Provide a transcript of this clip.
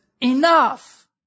enough